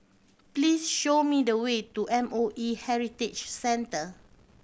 please show me the way to M O E Heritage Centre